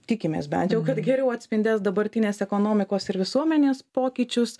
tikimės bent jau kad geriau atspindės dabartinės ekonomikos ir visuomenės pokyčius